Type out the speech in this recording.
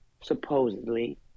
supposedly